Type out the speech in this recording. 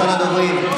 ראשונת הדוברים,